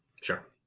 Sure